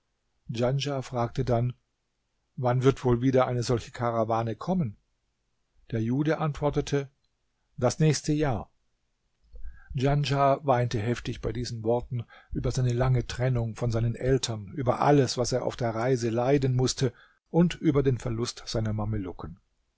djanschah fragte dann wann wird wohl wieder eine solche karawane kommen der jude antwortete das nächste jahr djanschah weinte heftig bei diesen worten über seine lange trennung von seinen eltern über alles was er auf der reise leiden mußte und über den verlust seiner